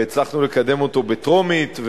והצלחנו לקדם אותו בטרומית,